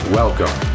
welcome